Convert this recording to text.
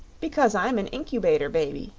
because i'm an incubator baby,